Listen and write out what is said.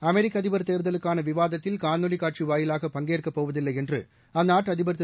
அமெரிக்க அதிபர் தேர்தலுக்கான விவாதத்தில் காணொலிக் காட்சி வாயிலாக பங்கேற்கப் போவதில்லை என்று அந்நாட்டு அதிபர் திரு